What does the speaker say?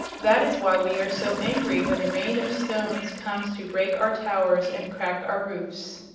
that is why we are so angry when a rain of stones comes to break our towers and crack our roofs.